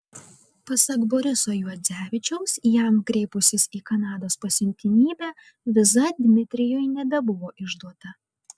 pasak boriso juodzevičiaus jam kreipusis į kanados pasiuntinybę viza dmitrijui nebebuvo išduota